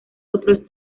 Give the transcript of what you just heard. otros